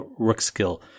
Rookskill